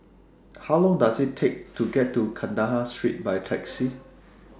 How Long Does IT Take to get to Kandahar Street By Taxi